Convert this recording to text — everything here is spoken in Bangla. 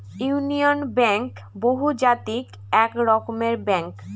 ইউনিয়ন ব্যাঙ্ক বহুজাতিক এক রকমের ব্যাঙ্ক